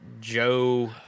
Joe